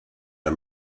der